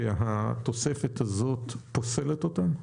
שהתוספת הזאת פוסלת אותן?